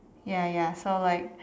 ya ya so like